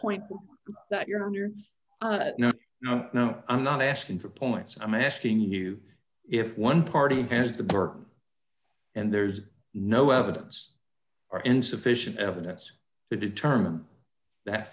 point that your in your you don't know i'm not asking for points i'm asking you if one party has the burden and there is no evidence or insufficient evidence to determine that